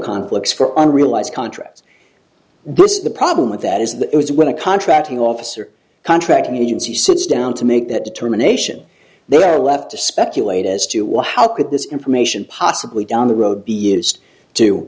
realize contracts this is the problem with that is that it was when a contracting officer contract means he sits down to make that determination they are left to speculate as to what how could this information possibly down the road be used to